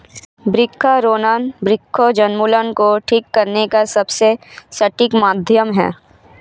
वृक्षारोपण वृक्ष उन्मूलन को ठीक करने का सबसे सटीक माध्यम है